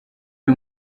uyu